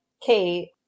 Kate